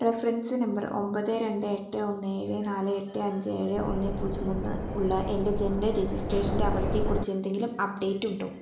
reference number ഒമ്പത് രണ്ട് എട്ട് ഒന്ന് ഏഴ് നാല് എട്ട് അഞ്ച് ഏഴ് ഒന്ന് പൂജ്യം ഒന്ന് ഉള്ള എൻ്റെ ജനന രജിസ്ട്രേഷൻ്റെ അവസ്ഥയെക്കുറിച്ച് എന്തെങ്കിലും അപ്ഡേറ്റുണ്ടോ